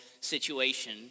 situation